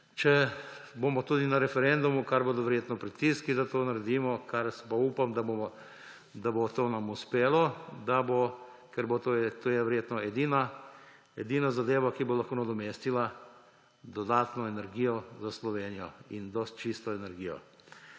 če bomo tudi na referendumu, kar bodo verjetno pritiski, da to naredimo. Vendar pa upam, da nam bo to uspelo, ker to je verjetno edina zadeva, ki bo lahko nadomestila dodatno energijo za Slovenijo, in čista energija.